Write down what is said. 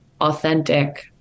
authentic